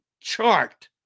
chart